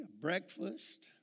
breakfast